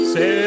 Say